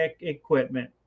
equipment